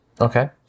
Okay